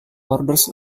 borders